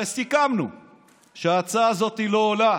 הרי סיכמנו שההצעה הזאת לא עולה.